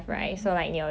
mmhmm